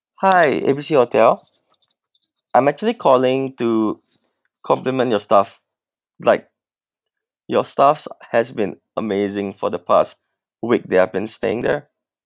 hi A B C hotel I'm actually calling to compliment your staff like your staffs has been amazing for the past week that I've been staying there